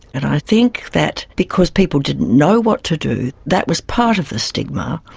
and i think that because people didn't know what to do, that was part of the stigma.